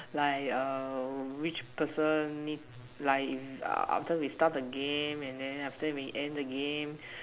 like err which person need lie in after we start of the game and then after that we end the game